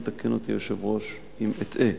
ושוב יתקן אותי היושב-ראש אם אטעה: